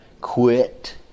Quit